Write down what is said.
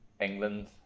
england